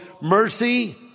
mercy